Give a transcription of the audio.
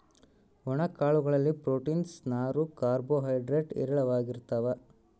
ಒಣ ಕಾಳು ಗಳಲ್ಲಿ ಪ್ರೋಟೀನ್ಸ್, ನಾರು, ಕಾರ್ಬೋ ಹೈಡ್ರೇಡ್ ಹೇರಳವಾಗಿರ್ತಾವ